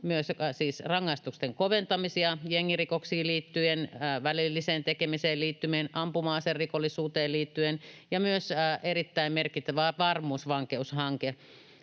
siis rangaistusten koventamisia jengirikoksiin liittyen, välilliseen tekemiseen liittyen, ampuma-aserikollisuuteen liittyen ja myös erittäin merkittävä varmuusvankeushanke,